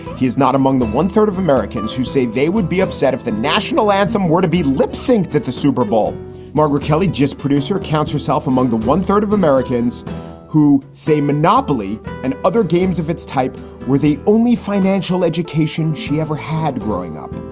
he's not among the one third of americans who say they would be upset if the national anthem were to be lip sync, that the super bowl margaret kelly, just producer, counts herself among the one third of americans who say monopoly and other games of its type were the only financial education she ever had growing up.